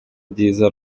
byiza